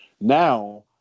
Now